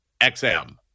XM